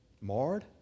marred